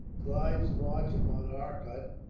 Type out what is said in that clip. clive's march upon arcot,